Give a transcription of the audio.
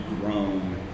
grown